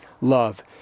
love